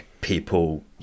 people